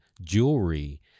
jewelry